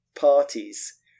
parties